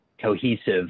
cohesive